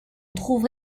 trouve